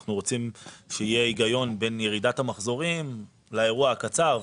ואנחנו רוצים שיהיה הגיון בין ירידת המחזורים לאירוע הקצר,